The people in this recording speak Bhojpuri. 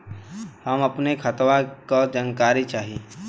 हम अपने खतवा क जानकारी चाही?